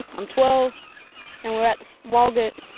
i'm twelve and we're at walgett,